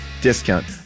discount